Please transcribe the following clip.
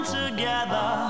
together